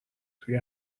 توی